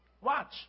Watch